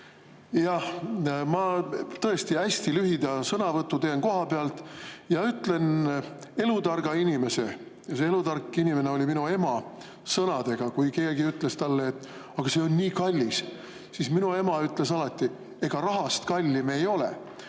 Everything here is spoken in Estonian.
Jah, ma tõesti hästi lühida sõnavõtu teen kohapealt ja ütlen elutarga inimese – see elutark inimene oli minu ema – sõnadega. Kui keegi ütles talle, et aga see on nii kallis, siis minu ema ütles alati: ega rahast kallim ei ole.